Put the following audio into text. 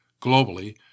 Globally